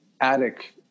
attic